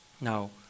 Now